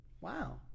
Wow